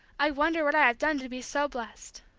i wonder what i have done to be so blessed!